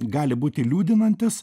gali būti liūdinantis